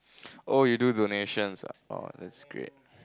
oh you do donation oh that's great